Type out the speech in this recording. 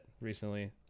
recently